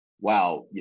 wow